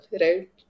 right